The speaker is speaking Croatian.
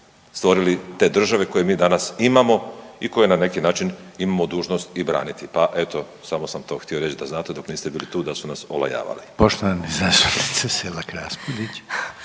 stvorili te države koje mi danas imamo i koje na neki način imamo dužnost i braniti. Pa eto samo sam to htio reći da samo dok niste bili tu da su nas olajavali.